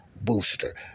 booster